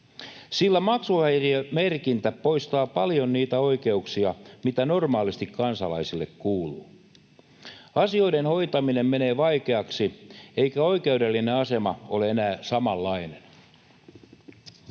sillä maksuhäiriömerkintä poistaa paljon niitä oikeuksia, mitä normaalisti kansalaisille kuuluu. Asioiden hoitaminen menee vaikeaksi, eikä oikeudellinen asema ole enää samanlainen.